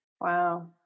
Wow